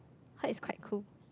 heard is quite cool